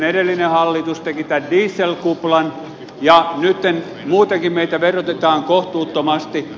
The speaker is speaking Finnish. edellinen hallitus teki tämän dieselkuplan ja nyt muutenkin meitä verotetaan kohtuuttomasti